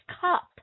cup